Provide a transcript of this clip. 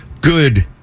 good